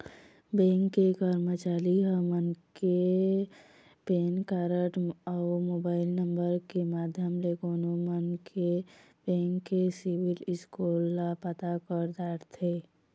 bank के करमचारी ह मनखे के पेन कारड अउ मोबाईल नंबर के माध्यम ले कोनो मनखे के बेंक के सिविल स्कोर ल पता कर डरथे